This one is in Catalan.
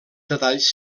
detalls